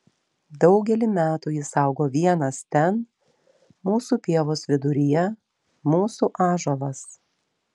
daugelį metų jis augo vienas ten mūsų pievos viduryje mūsų ąžuolas